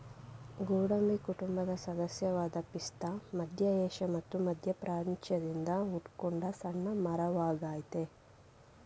ಗೋಡಂಬಿ ಕುಟುಂಬದ ಸದಸ್ಯವಾದ ಪಿಸ್ತಾ ಮಧ್ಯ ಏಷ್ಯಾ ಮತ್ತು ಮಧ್ಯಪ್ರಾಚ್ಯದಿಂದ ಹುಟ್ಕೊಂಡ ಸಣ್ಣ ಮರವಾಗಯ್ತೆ